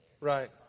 right